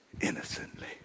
innocently